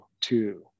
two